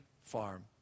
farm